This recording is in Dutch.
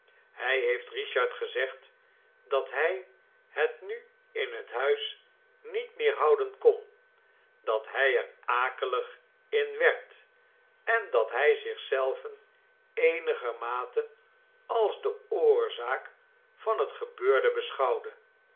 hij heeft richard gezegd dat hij het nu in het huis niet meer houden kon dat hij er akelig in werd en dat hij zich zelven eenigermate als de oorzaak van het gebeurde beschouwde